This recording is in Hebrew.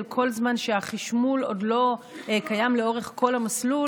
כל זמן שהחשמול עוד לא קיים לאורך כל המסלול,